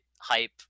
hype